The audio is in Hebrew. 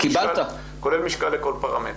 כולל משקל לכל פרמטר.